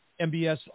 MBS